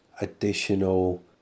additional